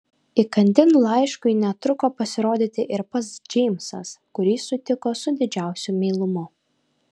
įkandin laiškui netruko pasirodyti ir pats džeimsas kurį sutiko su didžiausiu meilumu